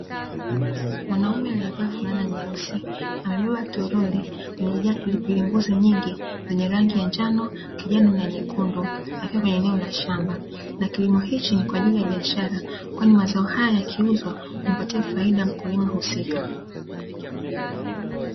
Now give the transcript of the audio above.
Mwanamume aliyevaa fulana nyeusi amebeba toroli liliojaa pilipili mbuzi nyingi zenye rangi ya njano, kijani na nyekundu, akiwa kwenye eneo la shamba na kilimo hiki ni kwa ajili ya biashara kwani mazao haya yakiuzwa humpatie faida mkulima husika.